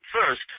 First